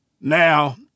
Now